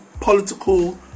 political